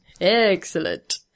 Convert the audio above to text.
Excellent